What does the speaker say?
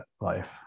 life